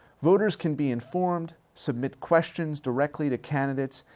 voters can be informed, submit questions directly to candidates,